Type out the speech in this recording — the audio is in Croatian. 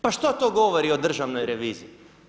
Pa što to govori o državnoj reviziji?